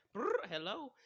hello